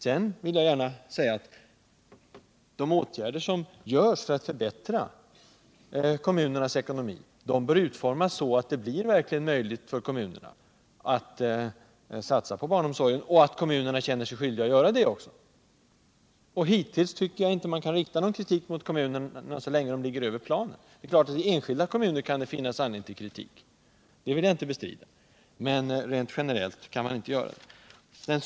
Jag vill gärna säga att de åtgärder som vidtas för att förbättra kommunernas ekonomi bör utformas så, att det blir möjligt för kommunerna att satsa på barnomsorgen och att de också känner sig skyldiga att göra det. Hittills tycker jag inte att man kan rikta någon kritik mot kommunerna, så länge de ligger över planen. Naturligtvis kan det finnas anledning till kritik mot enskilda kommuner — det vill jag inte bestrida — men rent allmänt kan man inte kritisera dem.